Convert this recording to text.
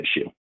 issue